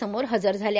समोर हजर झाल्या